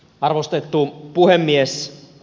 arvostettu puhemies